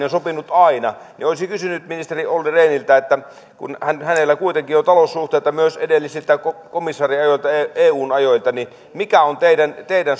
on sopinut aina olisin kysynyt ministeri olli rehniltä kun hänellä kuitenkin on taloussuhteita myös edellisiltä komissaariajoilta ja eun ajoilta mikä on teidän teidän